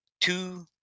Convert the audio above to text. two